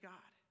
God